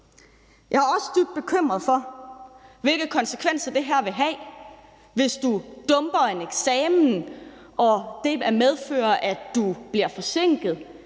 Jeg er også dybt bekymret for, hvilke konsekvenser det her vil have, hvis du dumper en eksamen og det medfører, at du bliver forsinket;